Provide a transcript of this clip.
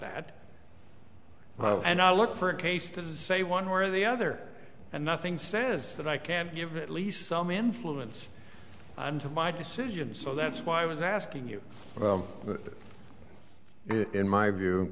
that well and i look for a case to say one way or the other and nothing says that i can give at least some influence until my decision so that's why i was asking you about it in my view